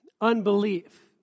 unbelief